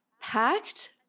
packed